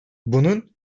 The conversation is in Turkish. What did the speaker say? bunu